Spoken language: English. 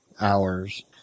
hours